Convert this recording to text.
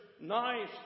nice